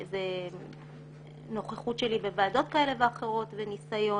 זאת נוכחות שלי בוועדות כאלה ואחרות וניסיון